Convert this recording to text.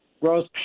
growth